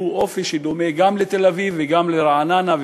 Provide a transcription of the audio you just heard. והוא דומה גם בתל-אביב וגם ברעננה,